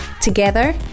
Together